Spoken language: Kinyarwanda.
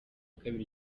kabiri